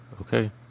okay